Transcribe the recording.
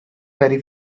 very